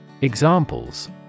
Examples